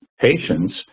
patients